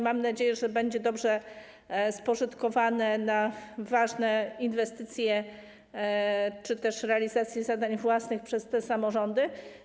Mam nadzieję, że środki te będą dobrze spożytkowane, na ważne inwestycje czy też realizację zadań własnych przez te samorządy.